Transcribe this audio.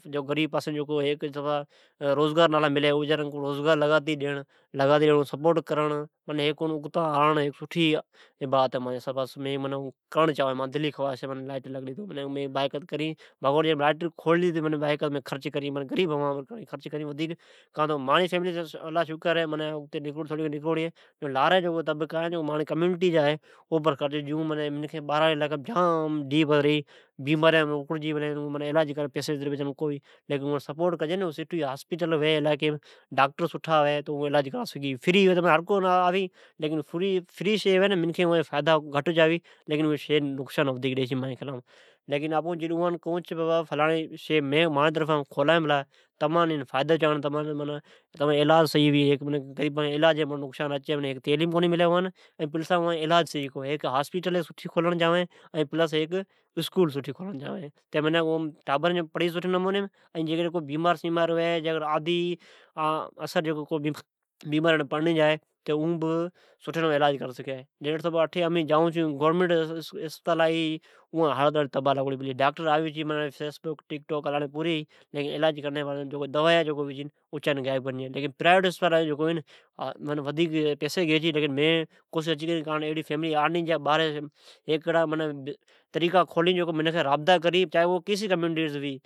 جکو باڑا غریب ھی اون روزگار نالا ملئ تو اون روزگار کھولیتے ڈی۔ اوجئی سپورٹ کرنڑ معنی ھیک سٹھی بات ہے ۔ماجی حساباس ۔مایجی دلی جی خوائیش ھئ ۔جیکڈھن مانجی لائیٹری کھلی توبائی قائید خرچ کرین ۔ کاتو مانجی فیملی تو تھوری اگتے نکروڑی ہے۔ این جکو ڈجے آسپاس جکو پوٹھی ھی اوان جیوسپورٹی جی ضورت ہے۔ جکو مانجی کمیوٹیاوین اگتی گیتی آوین اوم غریب میکھئن ما یماریا ایڑیا ھی جکو اوین اکڑی پلین اوان بچاران اتھے اتری پیسی کو ھی جکو اوین سٹھا عیلاج کراسگھی۔ سٹھی اسپتال ھوی تو اوین سٹھاعلاج کرا سگھی ۔فری ھوی تو ھرکو علاج کرا سگھی۔ جکو فعی شئی ھوی چھی اوی شئی مین فئیدا گھٹ این نقصان ودیک ڈئی چھی ماڑی خیالام ۔جڈ کو شئی کھولی تو اوان کئی ھا شی فری ہے۔ تمی ایم فائیدا اچاجا ۔ پر مین حیک اسکول این ھیک اسپتال کھولڑ چاوین چھے۔ کا تو ٹابرین سٹھے نمونی پڑ سسگھی ۔این جیکڈھن کو بیمار ھوی تو اون علاج کرا سگھی۔ لیسٹ سپوڑٹ جکو سرکاری اسپتالا ھے اویم صاکٹر علاج کونی کری پر ڈن سجو ٹکٹوک ،فیسبک ھلاڑی پوری ھی ۔جکو دوایا ھوی اچانی جائی۔ جکو پرویئیٹ ھے اوا سٹھیا ھی ۔ مین کوشیش کرین تو رابط کر سگھی